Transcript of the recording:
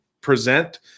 present